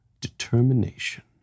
determination